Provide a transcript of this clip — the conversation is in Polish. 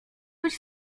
być